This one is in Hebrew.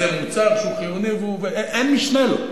כי זה מוצר שהוא חיוני ואין משנה לו.